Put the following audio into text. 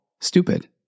stupid